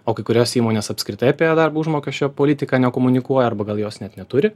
o kai kurios įmonės apskritai apie darbo užmokesčio politiką nekomunikuoja arba gal jos net neturi